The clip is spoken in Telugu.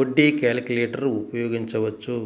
వడ్డీ క్యాలిక్యులేటర్ ఉపయోగించవచ్చు